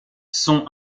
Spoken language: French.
sont